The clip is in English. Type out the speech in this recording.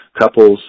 couples